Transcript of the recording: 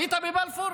היית בבלפור?